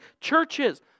churches